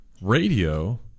radio